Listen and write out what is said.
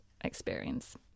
experience